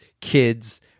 Kids